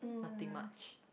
nothing much